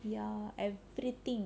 ya everything